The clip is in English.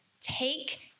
take